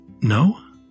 no